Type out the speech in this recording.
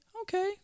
okay